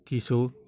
Kishore